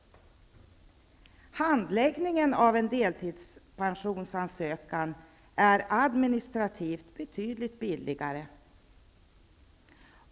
Handläggningen av en deltidspensionsansökan är administrativt betydligt billigare.